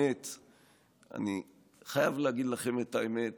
אני חייב להגיד לכם את האמת,